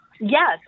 Yes